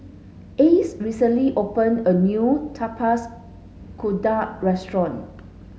Ace recently opened a new Tapak's Kuda restaurant